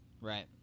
Right